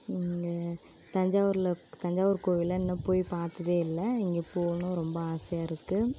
தஞ்சாவூரில் தஞ்சாவூர் கோவில்லாம் இன்னும் போய் பார்த்ததே இல்லை அங்கே போகணும் ரொம்ப ஆசையாக இருக்குது